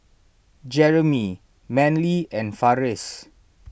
Jeremy Manly and Farris